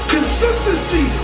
Consistency